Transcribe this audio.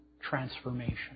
transformation